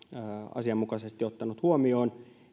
asianmukaisesti ottanut huomioon